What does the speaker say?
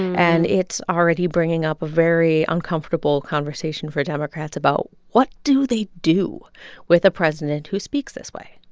and it's already bringing up a very uncomfortable conversation for democrats about, what do they do with a president who speaks this way?